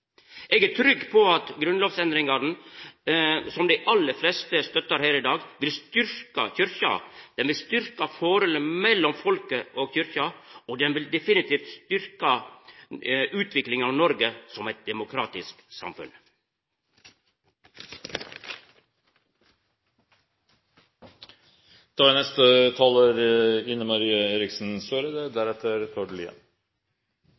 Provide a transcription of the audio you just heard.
Eg er trygg på at grunnlovsendringane – som dei aller fleste støttar her i dag – vil styrkja kyrkja, dei vil styrkja forholdet mellom folket og kyrkja, og dei vil definitivt styrkja utviklinga av Noreg som eit demokratisk